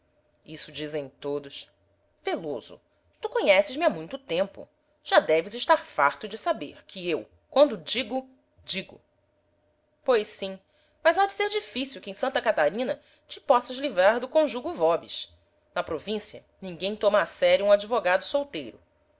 isso dizem todos veloso tu conheces-me há muito tempo já deves estar farto de saber que eu quando digo digo pois sim mas há de ser difícil que em santa catarina te possas livrar do conjugo vobis na província ninguém toma a sério um advogado solteiro